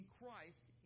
Christ